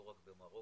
לא רק במרוקו,